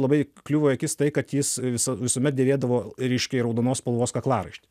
labai kliuvo į akis tai kad jis visa visuomet dėvėdavo ryškiai raudonos spalvos kaklaraištį